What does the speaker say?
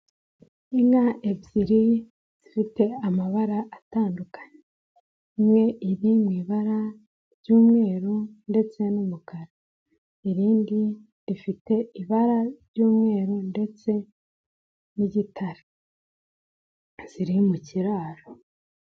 Inka ebyiri zifite amabara atandukanye. Imwe iri mu ibara ry'umweru ndetse n'umukara. Irindi rifite ibara ry'umweru ndetse n'igitare. Ziri mu kiraro.